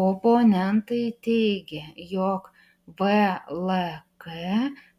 oponentai teigia jog vlk